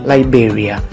Liberia